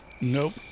Nope